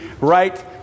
right